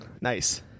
Nice